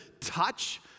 touch